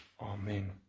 Amen